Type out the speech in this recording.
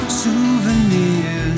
souvenirs